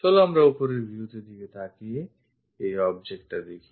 চলো আমরা ওপরের view তে তাকিয়ে এই object টা দেখি